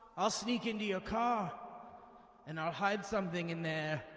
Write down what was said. i'll sneak into your car and i'll hide something in there.